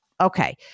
Okay